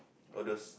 all those